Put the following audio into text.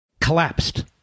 Collapsed